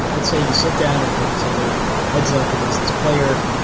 let's say you sit down at a poker table heads-up against this player.